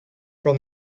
from